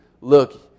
look